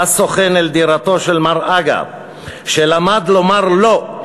בא סוכן אל דירתו של מר אגה שלמד לומר לא,